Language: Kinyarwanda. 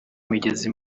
migezi